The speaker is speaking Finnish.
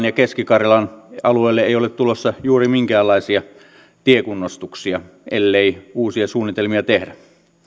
ja keski karjalan alueelle ei ole tulossa juuri minkäänlaisia tiekunnostuksia ellei uusia suunnitelmia tehdä